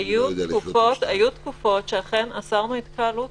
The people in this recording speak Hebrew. היו תקופות שאכן אסרנו התקהלות